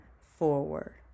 forward